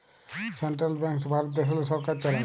central banks Bharat দ্যাশেল্লে সরকার চালায়